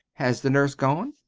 has the nurse gone?